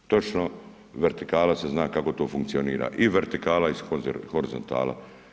Točno vertikala se zna kako to funkcionira i vertikala i horizontala.